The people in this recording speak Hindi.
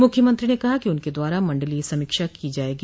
मुख्यमंत्री ने कहा कि उनके द्वारा मंडलीय समीक्षा की जायेगी